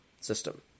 system